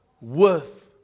worth